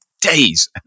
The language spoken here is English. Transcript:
days